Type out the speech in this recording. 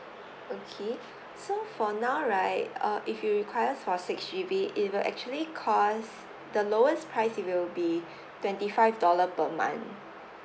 okay so for now right uh if you requires for six G_B it will actually cost the lowest price it will be twenty five dollar per month